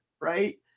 right